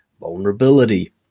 vulnerability